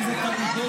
קצת קשה,